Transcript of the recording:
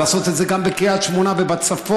לעשות את זה גם בקריית שמונה ובצפון,